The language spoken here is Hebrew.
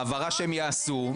ההבהרה שהם יעשו,